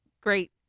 great